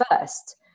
first